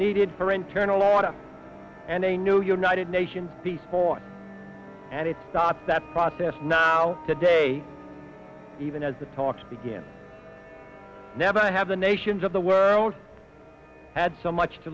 needed for internal order and a new united nations before and it stopped that process now today even as the talks begin never have the nations of the world had so much to